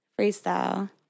freestyle